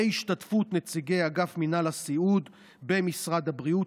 ובהשתתפות נציגי אגף מינהל הסיעוד במשרד הבריאות,